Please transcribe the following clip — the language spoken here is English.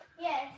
Yes